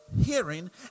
hearing